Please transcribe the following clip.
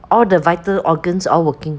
all the vital organs are working